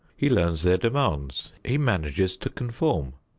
he learns their demands he manages to conform,